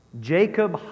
Jacob